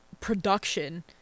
production